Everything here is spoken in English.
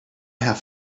half